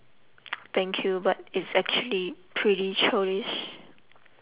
thank you but it's actually pretty childish